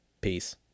peace